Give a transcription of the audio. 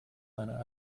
einer